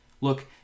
Look